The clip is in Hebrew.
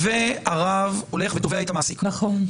והרב תובע את המעסיק,